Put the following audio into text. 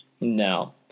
No